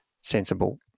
sensible